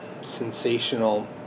sensational